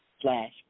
slash